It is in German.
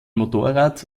motorrad